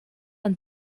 and